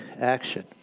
action